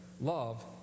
love